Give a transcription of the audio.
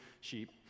sheep